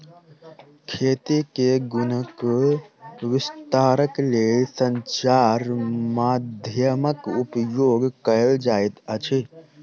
खेती के गुणक विस्तारक लेल संचार माध्यमक उपयोग कयल जाइत अछि